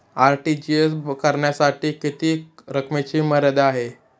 RTGS करण्यासाठी किती रकमेची मर्यादा आहे?